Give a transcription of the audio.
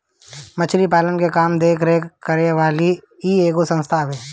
मछरी पालन के काम के देख रेख करे वाली इ एगो संस्था हवे